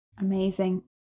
Amazing